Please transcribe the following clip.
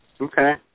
Okay